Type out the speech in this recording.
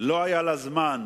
לא היה לה זמן